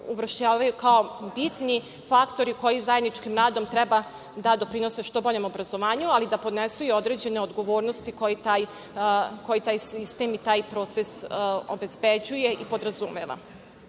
uvršćavaju kao bitni faktori koji zajedničkim radom treba da doprinose što boljem obrazovanju, ali da podnesu i određene odgovornosti koje taj sistem i taj proces obezbeđuje i podrazumeva. Rekla